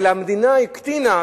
אלא המדינה הקטינה,